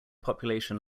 population